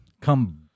come